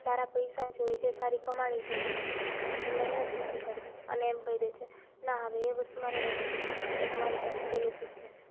સારા પૈસા જોઈએ છે સારી કમાણી જોઈએ છે પણ મહેનત નથી કરવી અને એમ કહી દે છે ના હવે એ વસ્તુ મારે નથી જોતી એ તો મારી પાસે પહેલેથી જ છે જ